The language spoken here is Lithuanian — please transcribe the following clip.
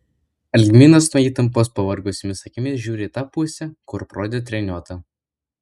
algminas nuo įtampos pavargusiomis akimis žiūri į tą pusę kur parodė treniota